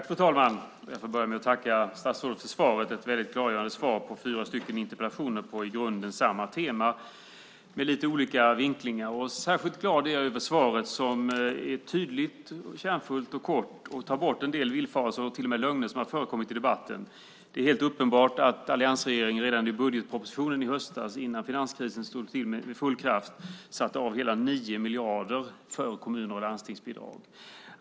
Fru talman! Jag vill börja med att tacka statsrådet för svaret. Det är ett mycket klargörande svar på fyra interpellationer med i grunden samma tema, dock med lite olika vinklingar. Särskilt glad är jag över att svaret är tydligt, kärnfullt och kort samt tar bort en del villfarelser och till och med lögner som förekommit i debatten. Det är helt uppenbart att alliansregeringen redan i budgetpropositionen i höstas - innan finanskrisen slog till med full kraft - satte av hela 9 miljarder till kommun och landstingsbidrag.